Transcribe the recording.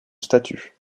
statut